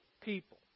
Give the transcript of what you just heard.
people